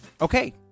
Okay